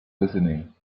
listening